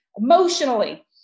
emotionally